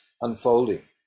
unfolding